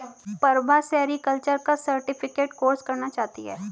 Prabha sericulture का certificate course करना चाहती है